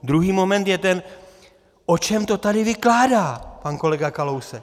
Druhý moment je ten o čem to tady vykládá pan kolega Kalousek?